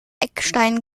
eckstein